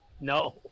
No